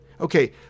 Okay